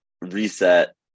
reset